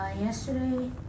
Yesterday